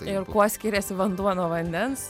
ir kuo skiriasi vanduo nuo vandens